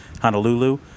Honolulu